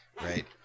Right